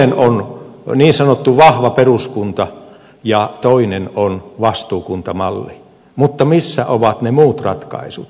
toinen on niin sanottu vahva peruskunta ja toinen on vastuukuntamalli mutta missä ovat ne muut ratkaisut